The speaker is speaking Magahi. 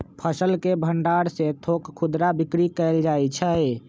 फसल के भण्डार से थोक खुदरा बिक्री कएल जाइ छइ